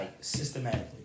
systematically